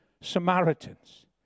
Samaritans